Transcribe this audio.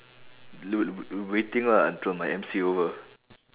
waiting ah until my M_C over